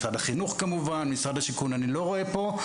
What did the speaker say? משרד החינוך כמובן ועוד משרדים שונים,